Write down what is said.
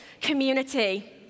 community